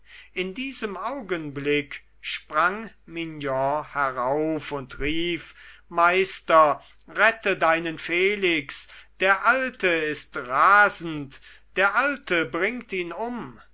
in diesem augenblick sprang mignon herauf und rief meister rette deinen felix der alte ist rasend der alte bringt ihn um